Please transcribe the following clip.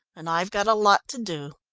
and i've got a lot to do.